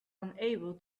unable